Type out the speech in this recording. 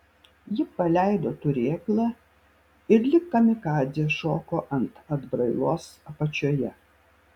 ji paleido turėklą ir lyg kamikadzė šoko ant atbrailos apačioje